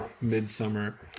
Midsummer